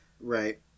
Right